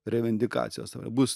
revindikacijos bus